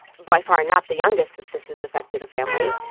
by far, not the youngest that this has affected a family.